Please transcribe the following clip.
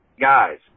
guys